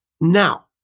Now